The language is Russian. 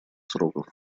сроков